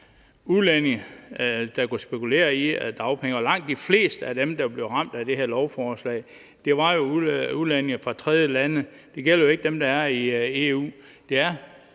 udlændinge, der kunne spekulere i dagpengene. Og langt de fleste af dem, der blev ramt af det her lovforslag, var jo udlændinge fra tredjelande. Det gjaldt jo ikke dem, der er i EU.